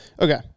Okay